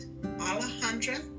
alejandra